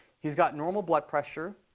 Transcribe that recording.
he's got normal blood pressure,